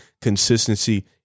consistency